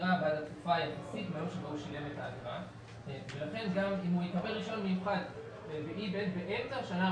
אגרה בעד התקופה היחסית ואם הוא יקבל רישיון מיוחד באמצע השנה,